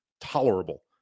tolerable